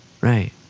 Right